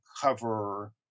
cover